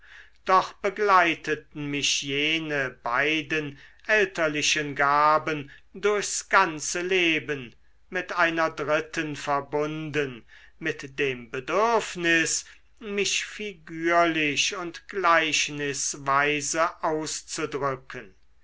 doch begleiteten mich jene beiden elterlichen gaben durchs ganze leben mit einer dritten verbunden mit dem bedürfnis mich figürlich und gleichnisweise auszudrücken